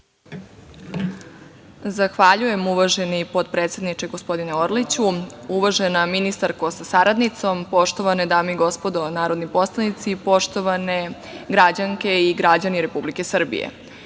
Zahvaljujem. Uvaženi potpredsedniče gospodine Orliću, uvažena ministarko sa saradnicom, poštovane dame i gospodo narodni poslanici, poštovane građanke i građani Republike Srbije,